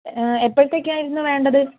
എപ്പോഴത്തേക്കായിരുന്നു വേണ്ടത്